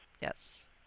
Yes